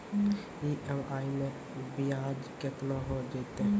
EMI मैं ब्याज केतना हो जयतै?